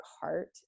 heart